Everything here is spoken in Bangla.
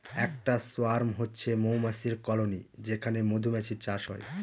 একটা সোয়ার্ম হচ্ছে মৌমাছির কলোনি যেখানে মধুমাছির চাষ হয়